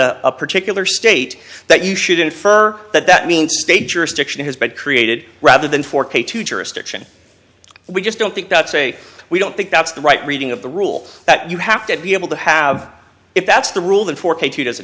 on a particular state that you should infer that that means state jurisdiction has been created rather than for k to jurisdiction we just don't think that say we don't think that's the right reading of the rule that you have to be able to have if that's the rule then for katie doesn't